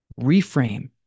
reframe